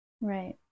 Right